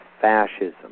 fascism